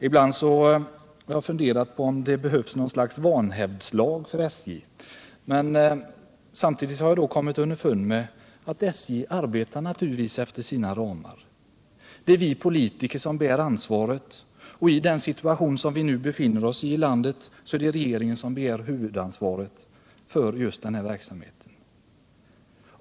Ibland har jag funderat på om det behövs något slags vanhävdslag för SJ, men jag har då kommit underfund med att SJ naturligtvis arbetar efter sina ramar. Det är vi politiker som bär ansvaret, och i den situation som vi nu befinner oss i är det regeringen som bär huvudansvaret för den här verksamheten.